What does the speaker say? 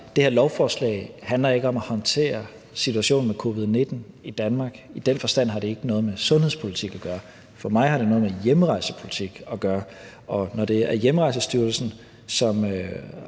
det her lovforslag ikke handler om at håndtere situationen med covid-19 i Danmark – i den forstand har det ikke noget med sundhedspolitik at gøre. For mig har det noget med hjemrejsepolitik at gøre. Og når det er Hjemrejsestyrelsen, som